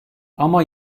ama